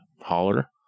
holler